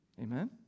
Amen